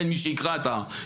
אין מי שיקרא את הניטורים.